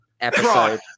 episode